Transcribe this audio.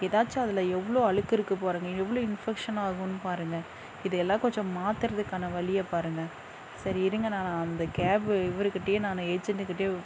ஏதாச்சி அதில் எவ்வளோ அழுக்கு இருக்குது பாருங்கள் எவ்வளோ இன்ஃபெக்ஷன் ஆகும்ன் பாருங்கள் இது எல்லாம் கொஞ்சம் மாற்றுறதுக்கான வழிய பாருங்கள் சரி இருங்கள் நான் நான் இந்த கேபு இவருக் கிட்டேயே நான் ஏஜென்ட்டு கிட்டேயே